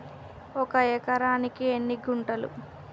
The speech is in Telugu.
ఒక ఎకరానికి ఎన్ని గుంటలు?